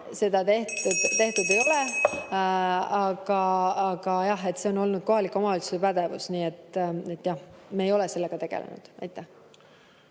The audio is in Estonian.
seda tehtud ei ole. Aga jah, see on olnud kohaliku omavalitsuse pädevus, nii et me ei ole sellega tegelenud. Aitäh!